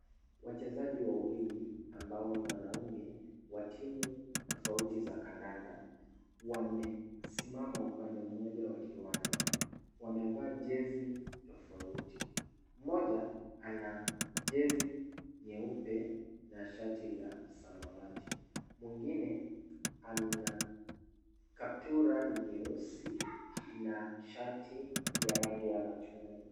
Wachezaji wawili ambao ni wanaume wa timu tofauti za kandanda wamesimama upande mmoja wa kiwanja wamevaa jezi tofauti. Mmoja ana jezi nyeupe na shati la samawati. Mwingine ana kaptula nyeusi na shati ya rangi ya machungwa.